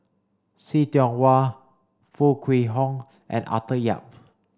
See Tiong Wah Foo Kwee Horng and Arthur Yap